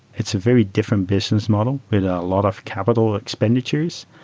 it's a very different business model with a lot of capital expenditures,